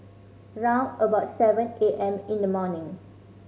round about seven A M in the morning